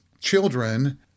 children